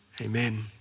Amen